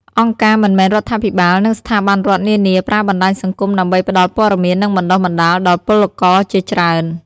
អង្គការមិនមែនរដ្ឋាភិបាល និងស្ថាប័នរដ្ឋនានា ប្រើបណ្តាញសង្គមដើម្បីផ្តល់ព័ត៌មាន និងបណ្តុះបណ្តាលដល់ពលករជាច្រើន។